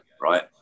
right